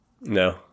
No